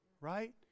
right